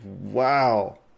wow